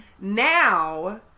Now